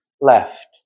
left